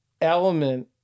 element